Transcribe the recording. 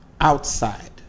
outside